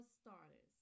starters